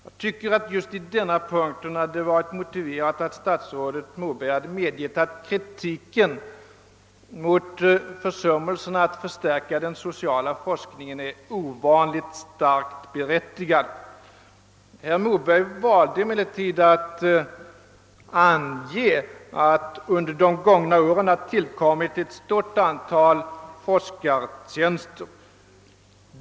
Jag tycker att just på denna punkt hade det varit motiverat att statsrådet Moberg hade medgivit att kritiken mot försummelserna att förstärka den sociala forskningen är ovanligt starkt berättigad. Herr Moberg valde emellertid att ange att det under de gångna åren har tillkommit ett stort antal forskartjänster.